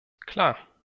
klar